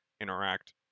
interact